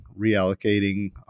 reallocating